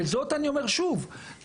ואת זאת אני אומר שוב למרות,